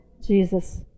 Jesus